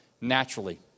naturally